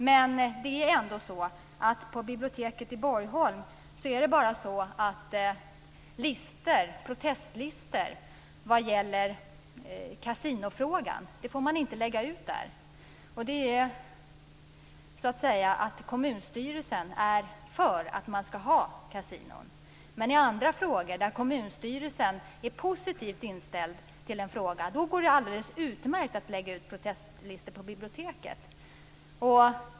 Men på biblioteket i Borgholm får man inte lägga ut protestlistor som gäller kasinofrågan. Kommunstyrelsen är för att man skall ha kasinon. Men i andra frågor, frågor där kommunstyrelsen är positivt inställd till en fråga, då går det alldeles utmärkt att lägga ut protestlistor på biblioteket.